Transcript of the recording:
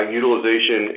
utilization